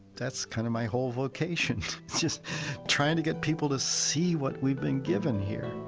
that's kind of my whole vocation just trying to get people to see what we've been given here